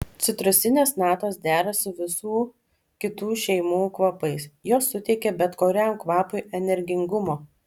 citrusinės natos dera su visų kitų šeimų kvapais jos suteikia bet kuriam kvapui energingumo